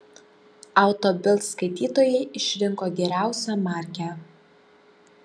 auto bild skaitytojai išrinko geriausią markę